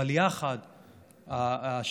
אבל יחד עם זאת,